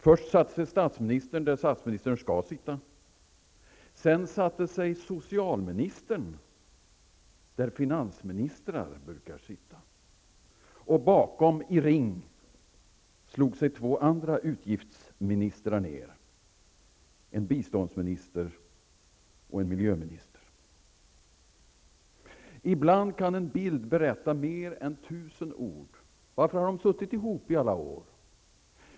Först satte sig statsministern där statsministern skall sitta, sedan satte sig socialministern där finansministrar brukar sitta, och bakom i ring slog sig två andra utgiftsministrar ner, en biståndsminister och en miljöminister. Ibland kan en bild berätta mer än tusen ord. Varför har de suttit ihop i alla år?